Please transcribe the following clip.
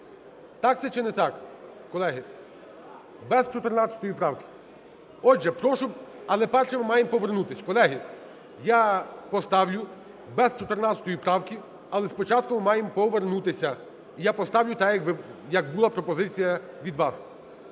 Так це чи не так, колеги, без 14 правки? Отже, прошу, але першим ми маємо повернутися. Колеги, я поставлю без 14 правки, але спочатку ми маємо повернутися. Я поставлю так, як була пропозиція від вас.